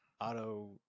auto